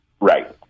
Right